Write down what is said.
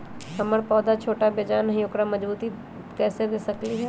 हमर पौधा छोटा बेजान हई उकरा मजबूती कैसे दे सकली ह?